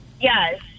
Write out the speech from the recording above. yes